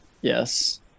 Yes